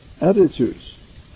Attitudes